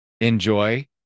enjoy